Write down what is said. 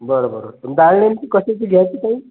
बरं बरं पण डाळ नेमकी कशाची घ्यायची ताई